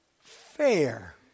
fair